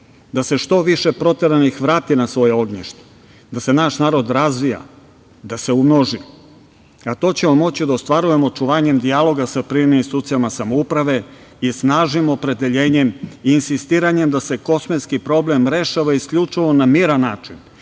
da se što više proteranih vrati na svoja ognjišta, da se naš narod razvija, da se umnoži. To ćemo moći da ostvarujemo očuvanjem dijaloga sa privremenim institucijama samouprave i snažnim opredeljenjem i insistiranjem da se kosmetski problem rešava isključivo na miran način,